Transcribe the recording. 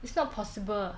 it's not possible